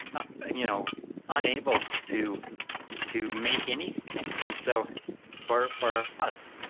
ah and you know unable to to make anything and so for for us,